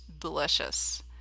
delicious